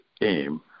aim